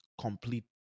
Complete